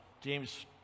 James